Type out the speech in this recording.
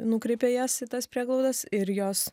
nukreipia jas į tas prieglaudas ir jos